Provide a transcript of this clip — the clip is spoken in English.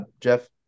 Jeff